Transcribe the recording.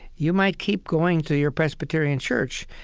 you might keep going to your presbyterian church,